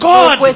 God